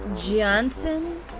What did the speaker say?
Johnson